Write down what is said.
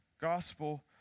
gospel